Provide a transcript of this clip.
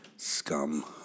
Scum